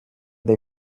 they